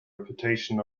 reputation